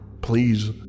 Please